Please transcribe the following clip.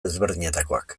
ezberdinetakoak